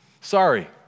Sorry